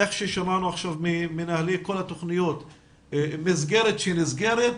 שמענו ממנהלי כל התכניות שמסגרת שנסגרת,